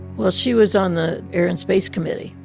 well, she was on the air and space committee,